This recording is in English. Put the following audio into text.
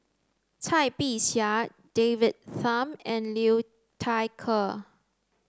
Cai Bixia David Tham and Liu Thai Ker